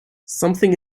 something